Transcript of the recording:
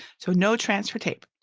so no transfer tape.